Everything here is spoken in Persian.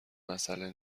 مسئله